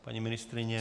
Paní ministryně?